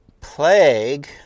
plague